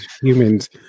humans